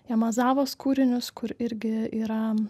jamazavos kūrinius kur irgi yra